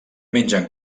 mengen